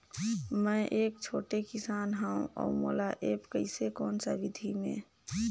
मै एक छोटे किसान हव अउ मोला एप्प कइसे कोन सा विधी मे?